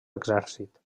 exèrcit